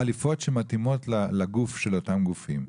חליפות שמתאימות לגוף של אותם גופים.